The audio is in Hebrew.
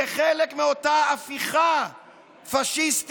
זה חלק מאותה הפיכה פשיסטית